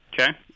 Okay